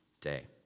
day